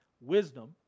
wisdom